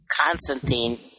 Constantine